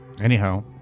Anyhow